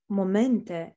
momente